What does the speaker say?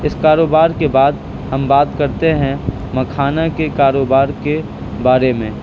اس کاروبار کے بعد ہم بات کرتے ہیں مکھانا کے کاروبار کے بارے میں